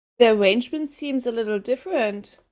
the arrangement seems a little different,